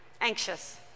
anxious